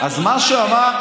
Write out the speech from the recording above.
זה מה שגם אמרתם,